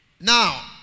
Now